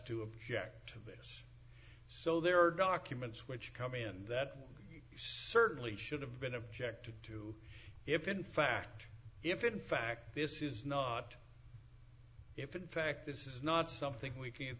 object so there are documents which come in that certainly should have been objected to if in fact if in fact this is not if in fact this is not something we can